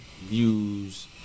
views